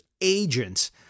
agents